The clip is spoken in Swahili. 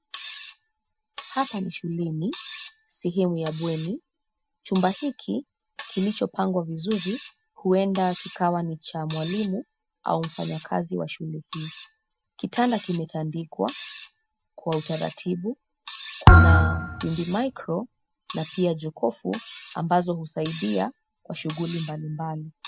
Hapa ni shuleni, sehemu ya bweni. Chumba hiki kilichopangwa. vizuri huenda kikawa ni cha mwalimu au mfanyakazi wa shule hii. Kitanda kimetandikwa kwa utaratibu. Kuna wimbimicro na pia jokofu, ambazo husaidia kwa shughuli mbalimbali.